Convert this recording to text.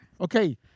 Okay